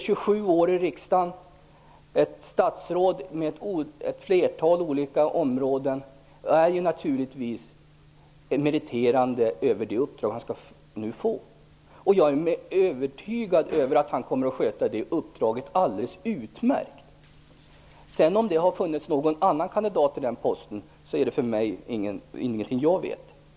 27 år i riksdagen och statsrådserfarenhet från olika områden är naturligtvis meriterande för det uppdrag han nu får. Jag är övertygad om att han kommer att sköta det alldeles utmärkt. Om det sedan har funnits någon annan kandidat till den posten känner jag inte till.